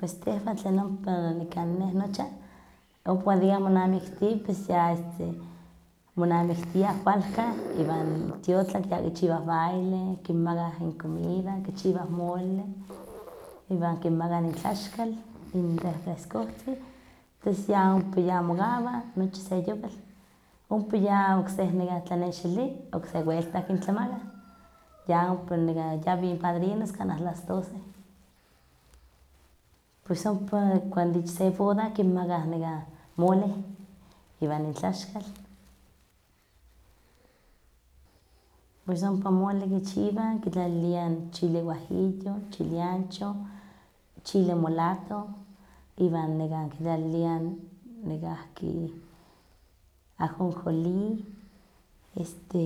Pues tehwan tlen ompa ik kan neh nochan, ompa ika monamikti pues ya este monamiktia kualkan iwan tiotlak ya kichiwah baile, kinmaka incomida, kichiwah moleh, iwan kinmakah tlaxkal in refrecsohtzin, tos ya ompa ya mokawah nochi se yowal, ompa ya okse nekah tlanexili, okse weltah kintlamakah, ya ompa nekan yawih parinos kanah las doce, pues ompa kanah ich se boda kinmaka nekah mole iwan intlaxkal, pues ompa mole kichiwah, kitlaliliah chile guajillo, chile ancho, chile mulato, iwan nekan kitlaliliah nekahki ajonjolí, este